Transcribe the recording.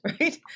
right